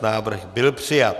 Návrh byl přijat.